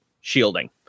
shielding